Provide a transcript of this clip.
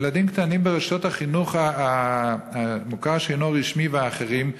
ילדים קטנים ברשתות החינוך המוכר שאינו רשמי והאחרים,